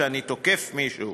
מפני שאני תוקף מישהו.